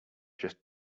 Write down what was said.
just